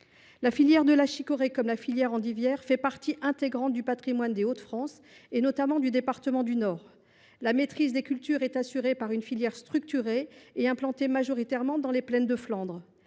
La filière de la chicorée et la filière endivière font partie intégrante du patrimoine des Hauts de France, en particulier du département du Nord. La maîtrise des cultures est assurée par une filière structurée et implantée majoritairement dans les plaines de Flandre.